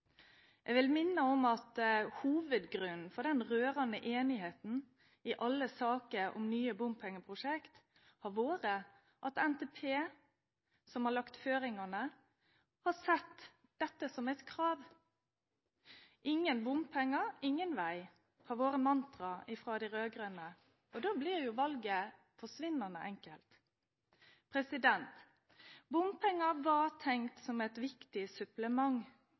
at en i NTP, hvor en har lagt føringene, har satt det som et krav. Ingen bompenger, ingen vei, har vært mantraet fra de rød-grønne. Da blir jo valget forsvinnende enkelt. Bompenger var tenkt som et viktig supplement,